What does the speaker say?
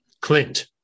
Clint